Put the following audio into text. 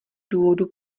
důvodů